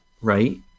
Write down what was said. right